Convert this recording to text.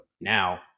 Now